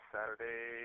Saturday